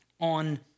on